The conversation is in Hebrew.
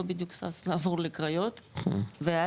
לא בדיוק שש לעבור לקריות וההיפך,